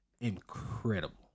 incredible